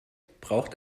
braucht